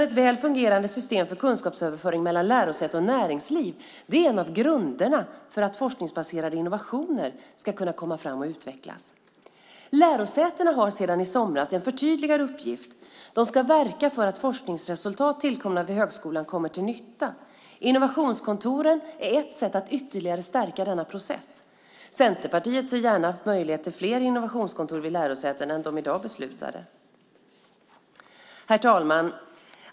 Ett väl fungerande system för kunskapsöverföring mellan lärosäten och näringsliv är en av grunderna för att forskningsbaserade innovationer ska komma fram och utvecklas. Lärosätena har sedan i somras en förtydligad uppgift. De ska verka för att forskningsresultat tillkomna vid högskolan kommer till nytta. Innovationskontoren är ett sätt att ytterligare stärka denna process. Centerpartiet ser gärna en möjlighet till fler innovationskontor vid lärosäten än de i dag beslutade. Herr talman!